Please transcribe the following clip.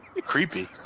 Creepy